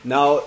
Now